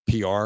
PR